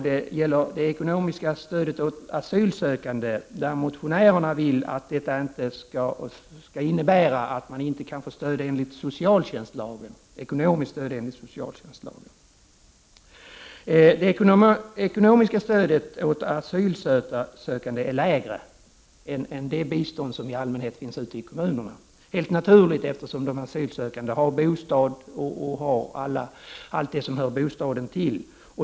Det gäller det ekonomiska stödet till asylsökande. Motionärerna vill att detta inte skall innebära att man inte kan få ekonomiskt stöd enligt socialtjänstlagen. Det ekonomiska stödet åt asylsökande är lägre än det bistånd som i allmänhet finns ute i kommunerna — helt naturligt, eftersom de asylsökande har bostad och har allt det som hör bostaden till.